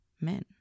men